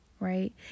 right